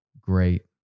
great